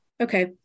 Okay